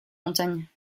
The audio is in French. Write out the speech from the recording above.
montagne